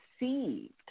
received